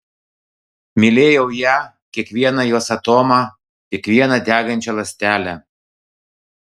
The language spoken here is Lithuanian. mylėjau ją kiekvieną jos atomą kiekvieną degančią ląstelę